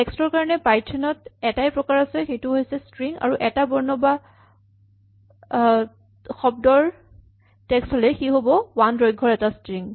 text ৰ কাৰণে Python ত এটাই প্ৰকাৰ আছে সেইটো হৈছে ষ্ট্ৰিং আৰু এটা বৰ্ণ বা শব্দৰ টেক্স্ট হ'লে সি হ'ব ৱান দৈৰ্ঘৰ এটা ষ্ট্ৰিং